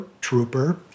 Trooper